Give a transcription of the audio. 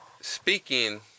speaking